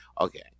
Okay